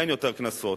אין יותר קנסות,